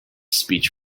speech